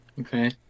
Okay